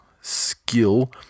skill